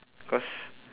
because